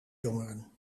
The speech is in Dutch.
jongeren